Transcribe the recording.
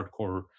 hardcore